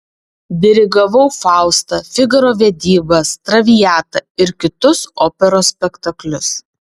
dirigavau faustą figaro vedybas traviatą ir kitus operos spektaklius